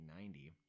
1990